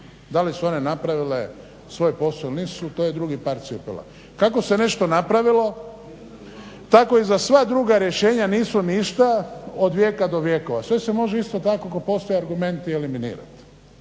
Da li su one napravile svoj posao ili nisu to je drugi par cipela. Kako se nešto napravilo tako i za sva druga rješenja nisu ništa od vijeka do vjekova. Sve se može isto tako ako postoje argumenti eliminirati.